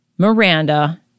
Miranda